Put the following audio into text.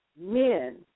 men